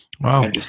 Wow